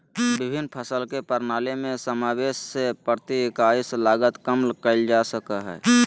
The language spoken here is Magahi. विभिन्न फसल के प्रणाली में समावेष से प्रति इकाई लागत कम कइल जा सकय हइ